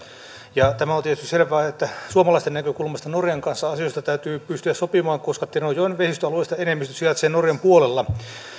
ja tämä on tietysti selvää että suomalaisten näkökulmasta norjan kanssa asioista täytyy pystyä sopimaan koska tenojoen vesistöalueesta enemmistö sijaitsee norjan puolella